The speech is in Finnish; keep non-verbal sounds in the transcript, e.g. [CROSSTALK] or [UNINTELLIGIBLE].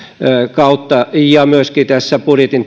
kautta ja myöskin tässä budjetin [UNINTELLIGIBLE]